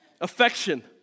Affection